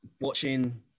watching